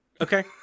okay